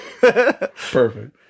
Perfect